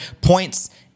points